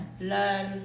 Learn